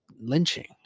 lynching